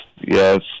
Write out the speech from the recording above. yes